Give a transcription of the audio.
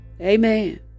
Amen